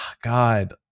God